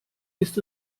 ist